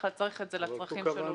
כלל צריך את זה לצרכים שלו לתקופות קצרות.